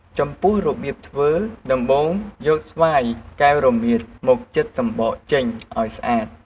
ចំពោះរបៀបធ្វើ ដំបូងយកស្វាយកែវរមៀតមកចិតសំបកចេញឱ្យស្អាត។